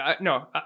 no